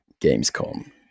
Gamescom